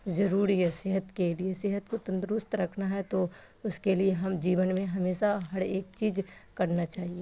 ضروری ہے صحت کے لیے صحت کو تندرست رکھنا ہے تو اس کے لیے ہم جیون میں ہمیشہ ہر ایک چیز کرنا چاہیے